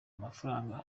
amafaranga